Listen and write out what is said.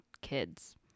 kids